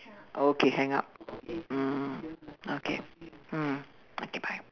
oh okay hang up mm okay mm okay bye